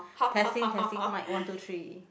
testing testing mic one two three